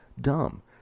DUMB